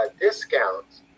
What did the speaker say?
discounts